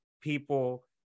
people